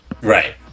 right